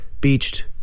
Beached